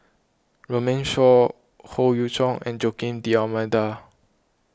Runme Shaw Howe Yoon Chong and Joaquim D'Almeida